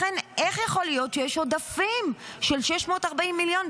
לכן איך יכול להיות שיש עודפים של 640 מיליון,